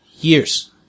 Years